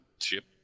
ship